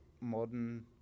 modern